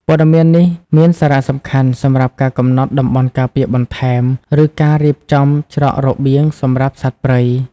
ព័ត៌មាននេះមានសារៈសំខាន់សម្រាប់ការកំណត់តំបន់ការពារបន្ថែម ឬការរៀបចំច្រករបៀងសម្រាប់សត្វព្រៃ។